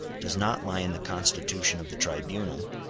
does not lie in the constitution of the tribunal,